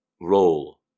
Roll